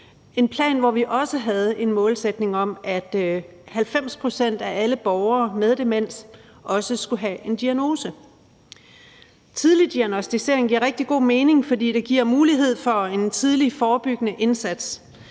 en plan, hvor vi også havde en målsætning om, at 90 pct. af alle borgere med demens også skulle have en diagnose. Tidlig diagnosticering giver rigtig god mening, fordi det giver mulighed for en tidlig, forebyggende indsats,